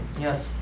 Yes